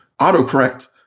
autocorrect